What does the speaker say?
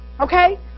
Okay